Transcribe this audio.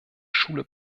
schule